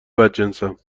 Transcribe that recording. بدجنسم